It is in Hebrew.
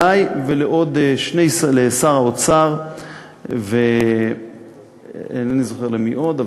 אלי ואל שר האוצר ואינני זוכר אל מי עוד,